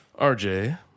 RJ